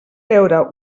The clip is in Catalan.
veure